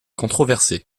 controversée